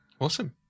Awesome